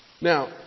Now